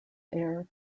air